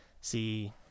see